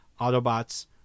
Autobots